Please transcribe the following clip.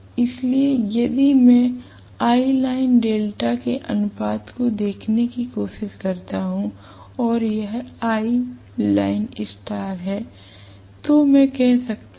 इसलिए यदि मैं Iline delta के अनुपात को देखने की कोशिश करता हूं और यह Ilinestar है तो मैं कह सकता हूं